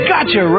Gotcha